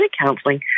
counseling